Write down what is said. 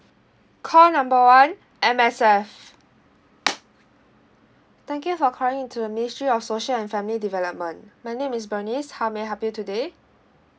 call number one M_S_F thank you for calling in to the ministry of social and family development my name is bernice how may I help you today